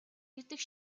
ирдэг